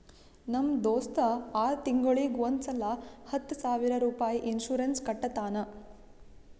ನಮ್ ದೋಸ್ತ ಆರ್ ತಿಂಗೂಳಿಗ್ ಒಂದ್ ಸಲಾ ಹತ್ತ ಸಾವಿರ ರುಪಾಯಿ ಇನ್ಸೂರೆನ್ಸ್ ಕಟ್ಟತಾನ